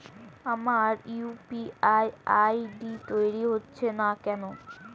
আমার UPI ID তৈরি হচ্ছে না কেনো?